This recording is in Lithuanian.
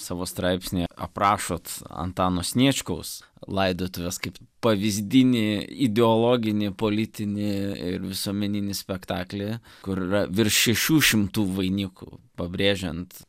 savo straipsnyje aprašot antano sniečkaus laidotuves kaip pavyzdinį ideologinį politinį ir visuomeninį spektaklį kur yra virš šešių šimtų vainikų pabrėžiant